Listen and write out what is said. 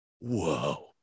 whoa